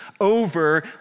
over